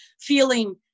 feeling